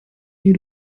nie